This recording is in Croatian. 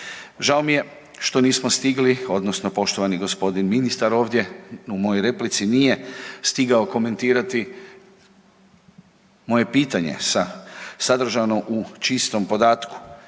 Žao mi je što nismo stigli odnosno poštovani g. ministar ovdje u mojoj replici nije stigao komentirati moje pitanje sadržano u čistom podatku,